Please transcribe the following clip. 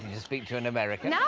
to speak to an american. ah